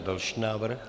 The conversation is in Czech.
Další návrh.